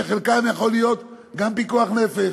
שחלקם יכול להיות גם פיקוח נפש,